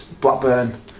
Blackburn